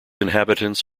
inhabitants